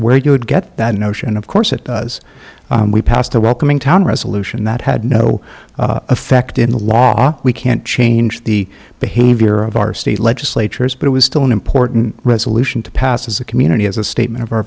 where you would get that notion of course it was we passed a welcoming town resolution that had no effect in the law we can't change the behavior of our state legislatures but it was still an important resolution to pass as a community as a statement of our